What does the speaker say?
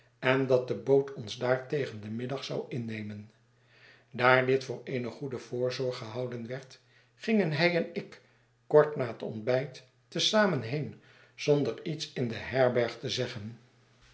en dat de boot ons daar tegen den middag zou innemen daar dit voor eene goede voorzorg gehouden werd gingen hij en ik kort na het ontbijt te zamen heen zonder iets in de herberg te zeggen